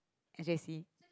S_J_C